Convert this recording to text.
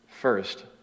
first